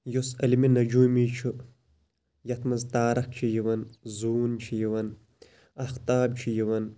یُس علمِ نجومی چھُ یتھ مَنٛز تارَک چھِ یِوان زوٗن چھِ یِوان اَفتاب چھِ یِوان